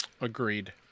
Agreed